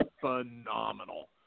phenomenal